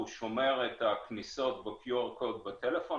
הוא שומר את הכניסות ב-QR קוד בטלפון,